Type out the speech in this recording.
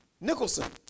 Nicholson